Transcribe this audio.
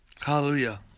Hallelujah